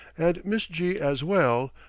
and miss g as well,